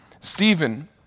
Stephen